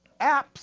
apps